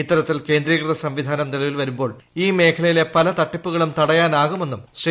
ഇത്തരത്തിൽ കേന്ദ്രീകൃത സംവിധാനം നിലവിൽ വരുമ്പോൾ ഈ മേഖലയിലെ പല തട്ടിപ്പുകളും തടയാനാകുമെന്നും ശ്രീ